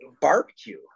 Barbecue